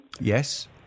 Yes